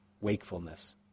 wakefulness